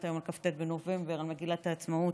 היום על כ"ט בנובמבר למגילת העצמאות.